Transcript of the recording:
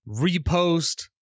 repost